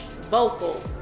vocal